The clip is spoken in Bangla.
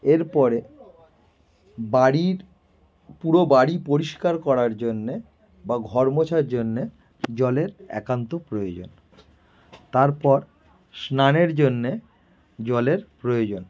এরপরে বাড়ির পুরো বাড়ি পরিষ্কার করার জন্যে বা ঘর মোছার জন্যে জলের একান্ত প্রয়োজন তারপর স্নানের জন্যে জলের প্রয়োজন